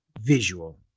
visual